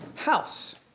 House